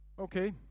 Okay